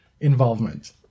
involvement